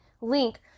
link